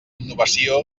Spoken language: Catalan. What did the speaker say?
innovació